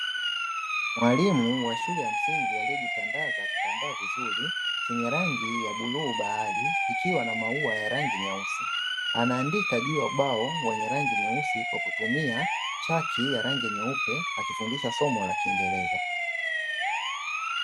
Mwalimu wa shule ya msingi aliyejitandaza kitambaa vizuri chenye rangi ya bluu bahari, kikiwa na maua ya rangi nyeusi anaandika juu ya ubao wenye rangi nyeusi kwa kutumia chaki ya rangi nyeupe akifundisha somo la kiingereza.